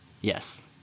Yes